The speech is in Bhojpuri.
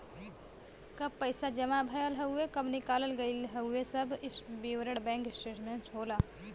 कब पैसा जमा भयल हउवे कब निकाल गयल हउवे इ सब विवरण बैंक स्टेटमेंट होला